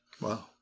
Wow